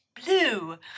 blue